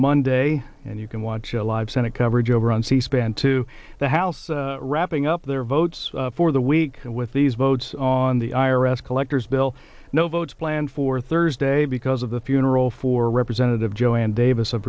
monday and you can watch live senate coverage over on c span to the house wrapping up their votes for the week and with these votes on the i r s collector's bill no votes planned for thursday because of the funeral for representative joanne davis of